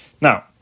Now